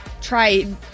try